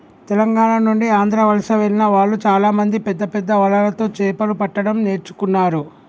తెలంగాణ నుండి ఆంధ్ర వలస వెళ్లిన వాళ్ళు చాలామంది పెద్దపెద్ద వలలతో చాపలు పట్టడం నేర్చుకున్నారు